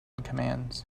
commands